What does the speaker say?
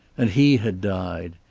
and he had died.